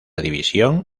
división